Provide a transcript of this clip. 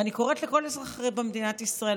ואני קוראת לכל אזרח במדינת ישראל,